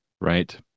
right